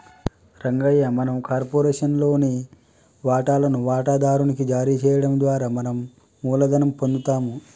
రంగయ్య మనం కార్పొరేషన్ లోని వాటాలను వాటాదారు నికి జారీ చేయడం ద్వారా మనం మూలధనం పొందుతాము